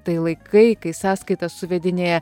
tai laikai kai sąskaitas suvedinėja